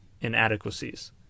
inadequacies